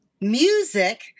music